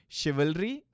chivalry